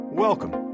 Welcome